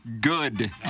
good